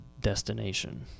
destination